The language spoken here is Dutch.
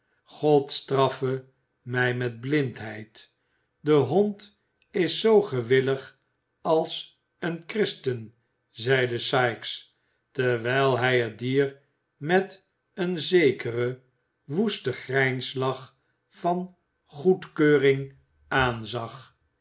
god straffe mij met blindheid de hond is zoo gewillig als een christen zeide sikes terwijl hij het dier met een zekeren woesten grijnslach van goedkeuring aanzag